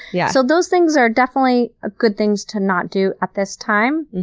yeah so those things are definitely ah good things to not do at this time,